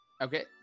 Okay